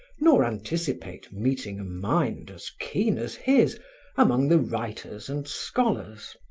nor anticipate meeting a mind as keen as his among the writers and scholars.